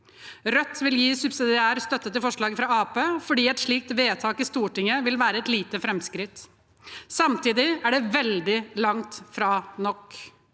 Rødt vil gi subsidiær støtte til forslaget fra Arbeiderpartiet, fordi et slik vedtak i Stortinget vil være et lite framskritt. Samtidig er det veldig langt fra nok.